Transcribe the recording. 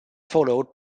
followed